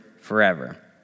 forever